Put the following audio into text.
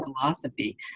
philosophy